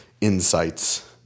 insights